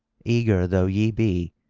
eager though ye be,